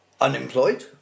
unemployed